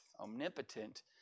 Omnipotent